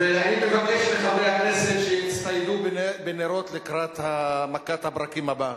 ואני מבקש מחברי הכנסת שיצטיידו בנרות לקראת מכת הברקים הבאה.